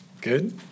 Good